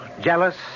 jealous